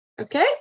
Okay